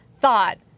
thought